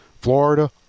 Florida